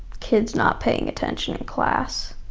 kids not paying attention in class.